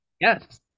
Yes